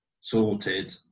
sorted